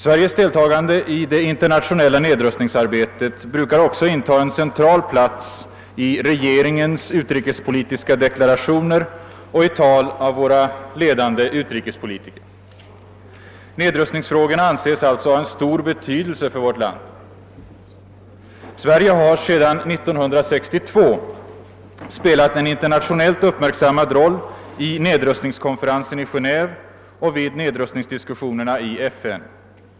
Sveriges deltagande i det internationella nedrustningsarbetet bru kar också inta en central plats i regeringens utrikespolitiska deklarationer och i tal av våra ledande utrikespolitiker. Nedrustningsfrågorna anses alltså ha stor betydelse för vårt land. Sverige har sedan 1962 spelat en internationellt uppmärksammad roll i nedrustningskonferensen i Genéve och vid nedrustningsdiskussionerna i FN.